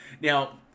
Now